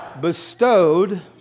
Bestowed